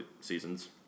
seasons